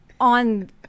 on